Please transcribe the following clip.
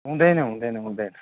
हुँदैन हुँदैन हुँदैन